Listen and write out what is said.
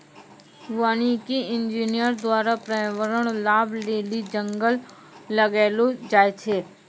वानिकी इंजीनियर द्वारा प्रर्यावरण लाभ लेली जंगल लगैलो जाय छै